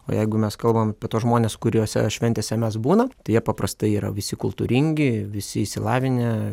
o jeigu mes kalbam apie tuos žmones kuriuose šventėse mes būnam tai jie paprastai yra visi kultūringi visi išsilavinę